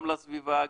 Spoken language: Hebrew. גם לסביבה,